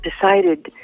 decided